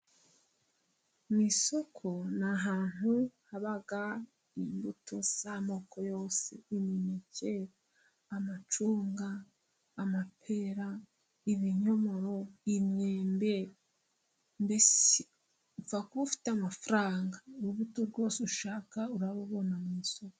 Mu isoko ni ahantu haba imbuto z'amoko yose, imineke, amacunga, amapera, ibinyomoro, imyembe, mbese upfa kuba ufite amafaranga, urubuto rwose ushaka urarubona mu isoko.